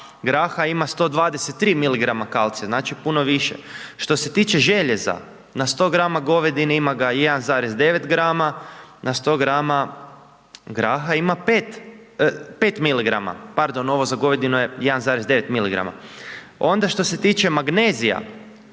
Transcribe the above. graha ima 123 mg. kalcija, znači, puno više. Što se tiče željeza, na 100 gr. govedine ima ga 1,9 gr., na 100 gr. graha ima 5 mg., pardon, ovo za govedinu je 1,9 mg. Onda, što se tiče magnezija,